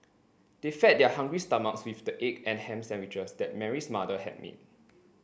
they fed their hungry stomachs with the egg and ham sandwiches that Mary's mother had made